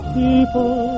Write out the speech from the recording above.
people